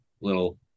little